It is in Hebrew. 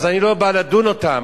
אז אני לא בא לדון אותם,